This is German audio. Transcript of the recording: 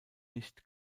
nicht